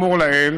נמלי הים,